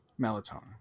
Melatonin